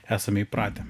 esame įpratę